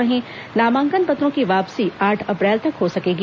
वहीं नामांकन पत्रों की वापसी आठ अप्रैल तक हो सकेगी